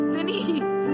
Denise